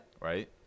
Right